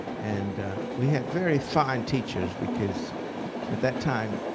and we had very fine teachers, because at that time,